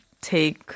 take